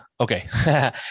Okay